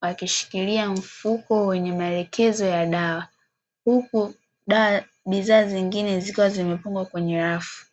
akishukilia mfuko wenye maelekezo ya dawa , huku bidhaa nyingine zikiwa zimefungwa kwenye rafu .